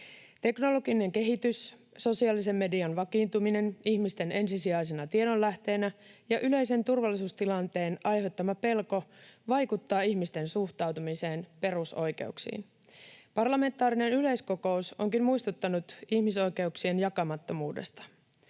Teknologinen kehitys, sosiaalisen median vakiintuminen ihmisten ensisijaisena tiedonlähteenä ja yleisen turvallisuustilanteen aiheuttama pelko vaikuttavat ihmisten suhtautumiseen perusoikeuksiin. Parlamentaarinen yleiskokous onkin muistuttanut ihmisoikeuksien jakamattomuudesta.